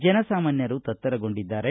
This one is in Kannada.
ಜನಸಾಮಾನ್ಯರು ತತ್ತರಗೊಂಡಿದ್ದಾರೆ